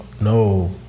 No